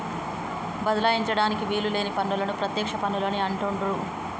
బదలాయించడానికి వీలు లేని పన్నులను ప్రత్యక్ష పన్నులు అని అంటుండ్రు